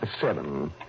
Seven